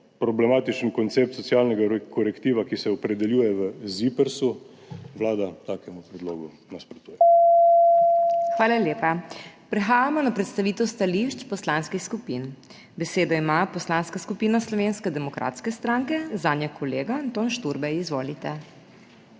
problematičen koncept socialnega korektiva, ki se opredeljuje v ZIPRS, Vlada takemu predlogu nasprotuje. **PODPREDSEDNICA MAG. MEIRA HOT:** Hvala lepa. Prehajamo na predstavitev stališč poslanskih skupin. Besedo ima Poslanska skupina Slovenske demokratske stranke, zanjo kolega Anton Šturbej. Izvolite.